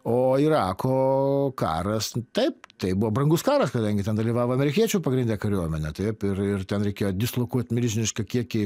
o irako karas taip tai buvo brangus karas kadangi ten dalyvavo amerikiečių pagrinde kariuomenė taip ir ir ten reikėjo dislokuot milžinišką kiekį